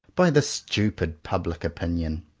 by this stupid public opinion.